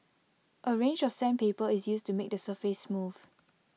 A range of sandpaper is used to make the surface smooth